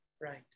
right